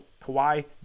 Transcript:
Kawhi